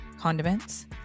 condiments